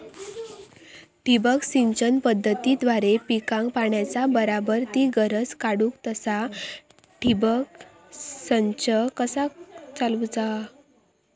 ठिबक सिंचन पद्धतीद्वारे पिकाक पाण्याचा बराबर ती गरज काडूक तसा ठिबक संच कसा चालवुचा?